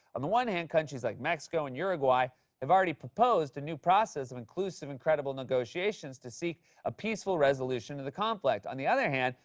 on the one hand, countries like mexico and uruguay have already proposed a new process of inclusive and credible negotiations to seek a peaceful resolution to the conflict. on the other hand,